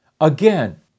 again